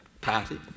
party